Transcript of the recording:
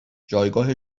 جایگاه